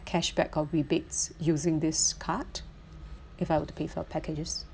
cashback or rebates using this card if I were to pay for packages